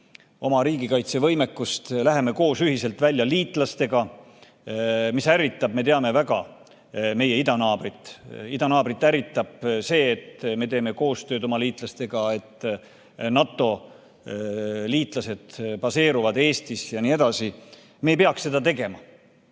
oma riigikaitsevõimekust, läheme ühiselt välja liitlastega. See ju ärritab, me teame, väga meie idanaabrit. Idanaabrit ärritab see, et me teeme koostööd oma liitlastega, et NATO-liitlased baseeruvad Eestis jne. Me ei peaks seda tegema.